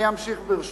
אני אמשיך, ברשותך.